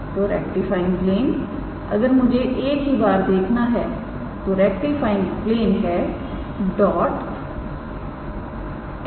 तो rectifying plane अगर मुझे एक ही बार देखना है तो रेक्टिफाईग प्लेन है डॉट 𝑛̂